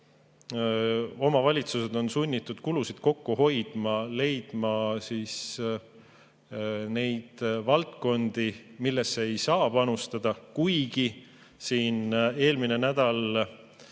Omavalitsused on sunnitud kulusid kokku hoidma, leidma neid valdkondi, millesse nad ei saa panustada. Kuigi siin eelmine nädal üks